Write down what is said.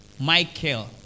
Michael